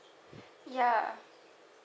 ya